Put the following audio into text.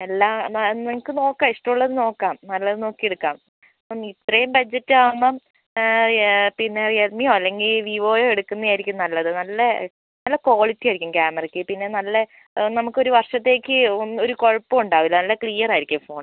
എല്ലാ മാം നിങ്ങൾക്ക് നോക്കാം ഇഷ്ടം ഉള്ളത് നോക്കാം നല്ലത് നോക്കി എടുക്കാം ഇപ്പം ഇത്രയും ബഡ്ജറ്റ് ആകുമ്പം യ പിന്നെ റിയൽമിയോ അല്ലെങ്കിൽ വിവോയോ എടുക്കുന്നതായിരിക്കും നല്ലത് നല്ല നല്ല ക്വാളിറ്റി ആയിരിക്കും ക്യാമറയ്ക്ക് പിന്നെ നല്ല നമുക്ക് ഒരു വർഷത്തേക്ക് ഒന്നും ഒരു കുഴപ്പം ഉണ്ടാവില്ല നല്ല ക്ലിയർ ആയിരിക്കും ഫോൺ